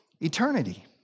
eternity